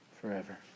forever